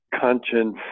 conscience